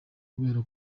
kubera